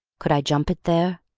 could i jump it there?